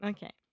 Okay